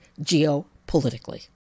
geopolitically